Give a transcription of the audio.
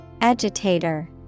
Agitator